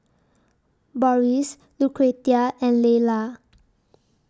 Boris Lucretia and Leyla